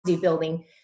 building